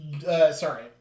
sorry